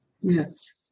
Yes